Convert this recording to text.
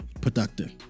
productive